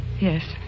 Yes